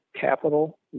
capital